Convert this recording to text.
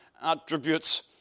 attributes